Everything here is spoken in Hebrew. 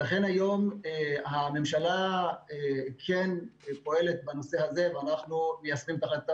היום הממשלה כן פועלת בנושא הזה ואנחנו מיישמים את החלטת הממשלה.